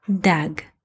Dag